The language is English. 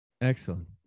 Excellent